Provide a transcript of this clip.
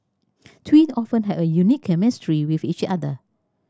twins often have a unique chemistry with each other